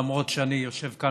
למרות שאני יושב כאן,